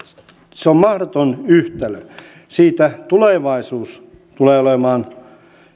se on mahdoton yhtälö tulevaisuus tulee olemaan